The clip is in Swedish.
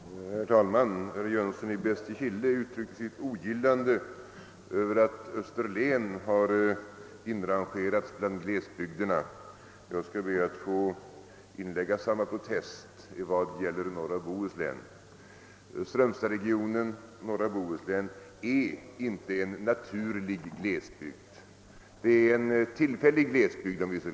Herr talman! Herr Nilsson i Bästekille uttryckte sitt ogillande över att Österlen har inrangerats bland glesbygderna, och jag skall be att få inlägga samma protest beträffande norra Bohuslän. Strömstadsregionen och norra Bohuslän är inte en naturlig glesbygd utan så att säga en tillfällig glesbygd.